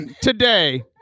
today